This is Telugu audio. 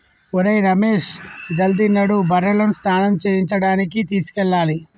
ఒరేయ్ రమేష్ జల్ది నడు బర్రెలను స్నానం చేయించడానికి తీసుకెళ్లాలి